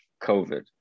COVID